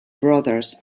brothers